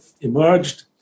emerged